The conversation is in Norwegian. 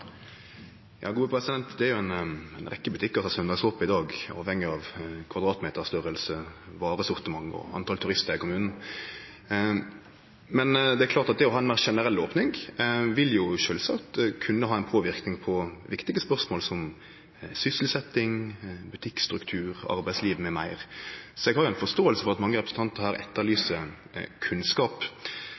butikkar som har søndagsope i dag, avhengig av kvadratmeterstørrelse, varesortiment og talet på turistar i kommunen. Men det er klart at det å ha ei meir generell opning vil sjølvsagt kunne ha påverknad på viktige spørsmål som sysselsetjing, butikkstruktur, arbeidsliv m.m. Så eg har forståing for at mange representantar her etterlyser kunnskap.